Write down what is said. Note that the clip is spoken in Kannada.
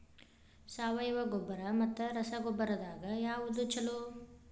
ಸಾವಯವ ಗೊಬ್ಬರ ಮತ್ತ ರಸಗೊಬ್ಬರದಾಗ ಯಾವದು ಛಲೋ?